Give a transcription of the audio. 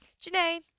Janae